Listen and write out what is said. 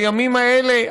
בימים האלה,